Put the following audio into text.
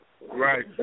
Right